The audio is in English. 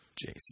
Jason